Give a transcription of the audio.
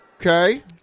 Okay